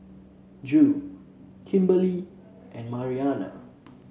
Drew Kimberly and Mariana